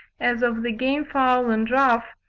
as of the game-fowl and ruff,